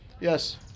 Yes